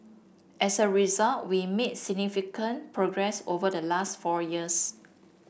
as a result we made significant progress over the last four years